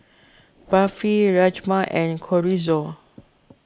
Barfi Rajma and Chorizo